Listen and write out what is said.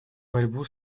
борьбу